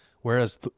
whereas